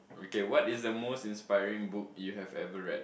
okay what is the most inspiring book you have ever read